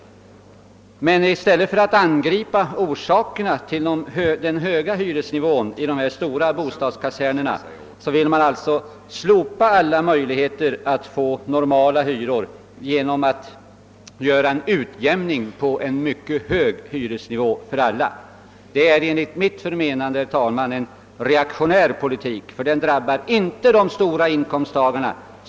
Men i stället för att angripa orsakerna till den höga hyresnivån i de stora bostadskasernerna vill man nu slopa alla möj ligheter att få normala hyror genom att företa en utjämning på en mycket hög hyresnivå för alla. Detta är enligt mitt förmenande en reaktionär politik, ty den drabbar inte de stora inkomsttagarna.